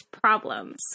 problems